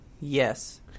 Yes